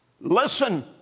Listen